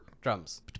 Drums